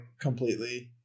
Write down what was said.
completely